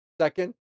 second